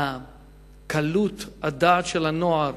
קלות הדעת של הנוער,